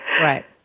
Right